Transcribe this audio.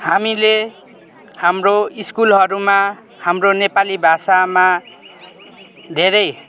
हामीले हाम्रो स्कुलहरूमा हाम्रो नेपाली भाषामा धेरै